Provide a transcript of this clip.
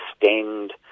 extend